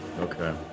Okay